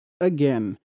again